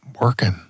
working